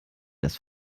ist